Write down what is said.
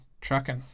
trucking